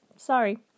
sorry